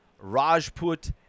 Rajput